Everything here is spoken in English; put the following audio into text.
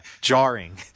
jarring